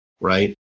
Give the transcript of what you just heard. right